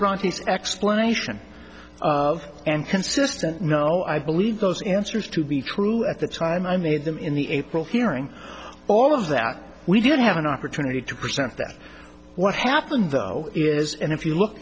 grant's explanation and consistent no i believe those answers to be true at the time i made them in the april hearing all of that we did have an opportunity to present that what happened though is and if you look